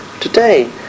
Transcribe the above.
Today